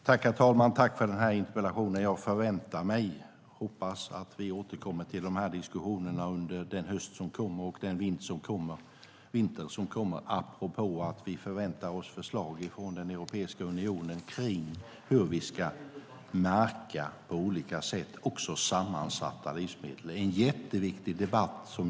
Herr talman! Tack för den här interpellationen! Jag förväntar mig och hoppas att vi återkommer till de här diskussionerna under den höst och vinter som kommer, apropå att vi förväntar oss förslag från Europeiska unionen kring hur vi på olika sätt ska märka också sammansatta livsmedel. Det är jätteviktig debatt.